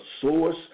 source